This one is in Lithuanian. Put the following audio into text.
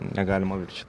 negalima viršyt